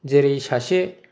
जेरै सासे